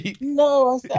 No